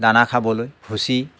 দানা খাবলৈ ভুচি